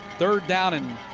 third down and